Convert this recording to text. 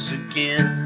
again